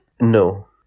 no